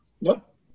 nope